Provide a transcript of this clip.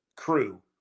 Crew